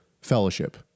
fellowship